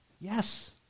Yes